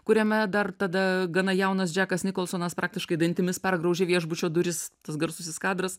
kuriame dar tada gana jaunas džekas nikolsonas praktiškai dantimis pergraužė viešbučio duris tas garsusis kadras